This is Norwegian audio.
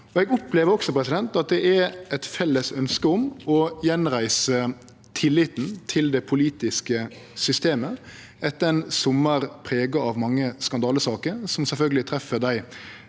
Eg opplever også at det er eit felles ønske om å gjenreise tilliten til det politiske systemet etter ein sommar prega av mange skandalesaker, som sjølvsagt treffer dei